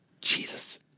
Jesus